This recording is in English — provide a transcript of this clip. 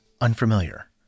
unfamiliar